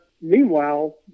Meanwhile